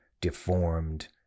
deformed